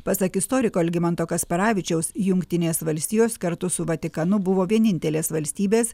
pasak istoriko algimanto kasparavičiaus jungtinės valstijos kartu su vatikanu buvo vienintelės valstybės